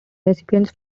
recipients